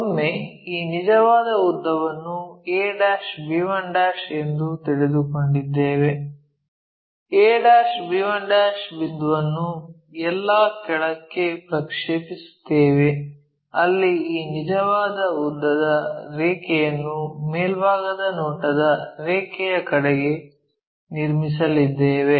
ಒಮ್ಮೆ ಈ ನಿಜವಾದ ಉದ್ದವನ್ನು a b1 ಎಂದು ತಿಳಿದುಕೊಂಡಿದ್ದೇವೆ a b1 ಬಿಂದುವನ್ನು ಎಲ್ಲಾ ಕೆಳಕ್ಕೆ ಪ್ರಕ್ಷೇಪಿಸುತ್ತೇವೆ ಅಲ್ಲಿ ಈ ನಿಜವಾದ ಉದ್ದದ ರೇಖೆಯನ್ನು ಮೇಲ್ಭಾಗದ ನೋಟದ ರೇಖೆಯ ಕಡೆಗೆ ನಿರ್ಮಿಸಲಿದ್ದೇವೆ